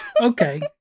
Okay